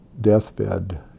deathbed